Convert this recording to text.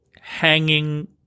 hanging